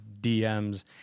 DMS